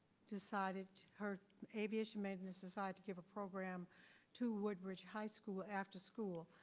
decided her aviation maintenance decided to give a program to woodbridge high school after school.